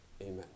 Amen